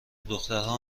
دخترها